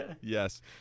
Yes